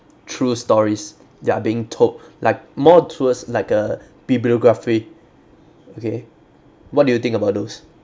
true stories that are being told like more towards like a bibliography okay what do you think about those